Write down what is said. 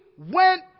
went